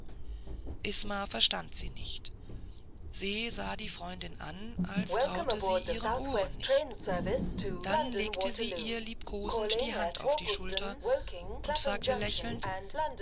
isma verstand sie nicht se sah die freundin an als traute sie ihren ohren nicht dann legte sie ihr liebkosend die hand auf die schulter und sagte lächelnd